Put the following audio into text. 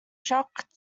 shocked